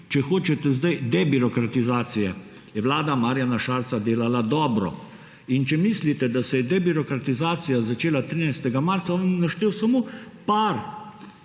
če hočete zdaj, debirokratizacije, je vlada Marjana Šarca delala dobro. In če mislite, da se je debirokratizacija začela 13. marca, vam bom naštel samo